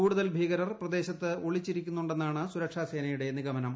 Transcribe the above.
കൂടുതൽ ഭീകരർ പ്രദേശത്ത് ഒളിച്ചിരിക്കുന്നുണ്ടെന്നാണ് സുരക്ഷാ സേനയുടെ നിഗമനം